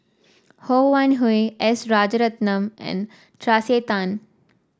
Ho Wan Hui S Rajaratnam and Tracey Tan